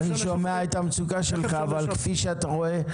אני שומע את המצוקה שלך אבל כפי שאתה רואה,